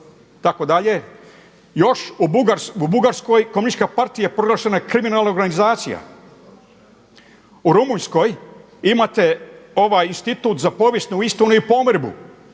Još u Bugarskoj Komunistička partija je proglašena kriminalna organizacija. U Rumunjskoj imate Institut za povijest …/Govorni